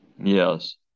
Yes